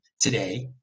today